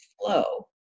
flow